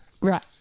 Right